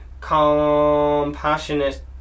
compassionate